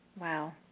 Wow